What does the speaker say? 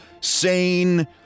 sane